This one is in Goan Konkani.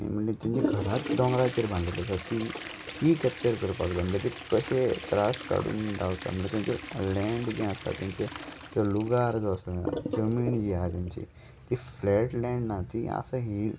म्हणल्या तेंच्या घरांत डोंगराचेर बांदलेली आसा ती ती कॅप्चर करपाक जाय म्हणल्यार त कशे त्रास काडून रावता म्हणल्यार तेंचे लॅड जें आसा तेंचे तो लुगार जो आसा जमीन जी आहा तेंची ती फ्लॅट लँड ना ती आसा हील